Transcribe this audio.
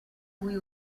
cui